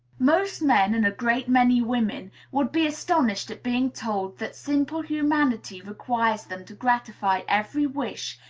most men and a great many women would be astonished at being told that simple humanity requires them to gratify every wish,